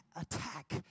attack